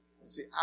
see